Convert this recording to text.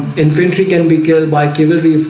infantry can be killed by kimberly.